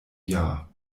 jahr